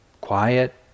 Quiet